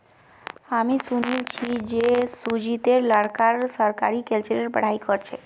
हामी सुनिल छि जे सुजीतेर लड़का सेरीकल्चरेर पढ़ाई कर छेक